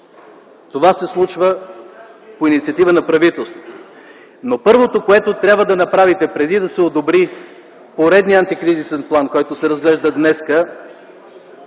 Това се случва по инициатива на правителството, но първото, което трябва да направите, преди да се одобри поредният антикризисен план, който се разглежда днес,